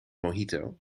mojito